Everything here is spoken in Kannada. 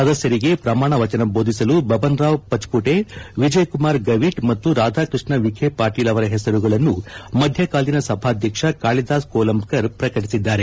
ಸದಸ್ಯರಿಗೆ ಪ್ರಮಾಣ ವಚನ ಬೋಧಿಸಲು ಬಬನ್ ರಾವ್ ಪಚ್ಪುಟೆ ವಿಜಯಕುಮಾರ್ ಗವೀತ್ ಮತ್ತು ರಾಧಾಕೃಷ್ಣ ವಿಖೆ ಪಾಟೀಲ್ ಅವರ ಹೆಸರುಗಳನ್ನು ಮಧ್ಯಕಾಲೀನ ಸಭಾಧ್ಯಕ್ಷ ಕಾಳಿದಾಸ್ ಕೋಲಂಬ್ಕರ್ ಪ್ರಕಟಿಸಿದ್ದಾರೆ